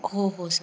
हो हो सर